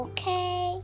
Okay